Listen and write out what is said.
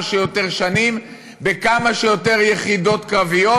שיותר שנים בכמה שיותר יחידות קרביות,